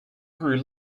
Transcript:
grew